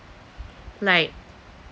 like